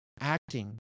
acting